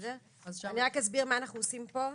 רק אסביר מה אנחנו עושים פה.